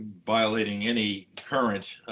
violating any current